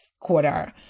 quarter